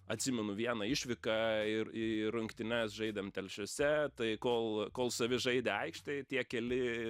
atsimenu vieną išvyką ir į rungtynes žaidėm telšiuose tai kol kol savi žaidė aikštėj tie keli